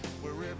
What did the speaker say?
wherever